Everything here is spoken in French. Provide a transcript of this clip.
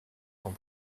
sont